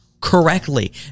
correctly